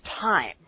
time